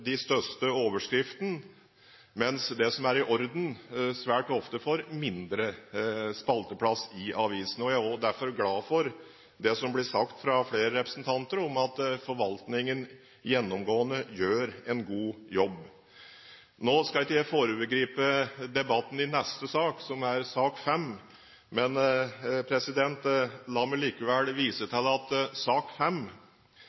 de største overskriftene, mens det som er i orden, svært ofte får mindre spalteplass i avisene. Jeg er derfor glad for det som har blitt sagt fra flere representanter, at forvaltningen gjennomgående gjør en god jobb. Nå skal ikke jeg foregripe debatten i neste sak, som er sak nr. 5, men la meg likevel vise